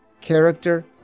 character